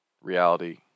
reality